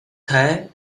thế